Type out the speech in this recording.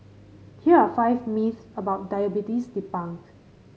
here are five myths about diabetes debunked